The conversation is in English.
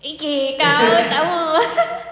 eh eh kau takmo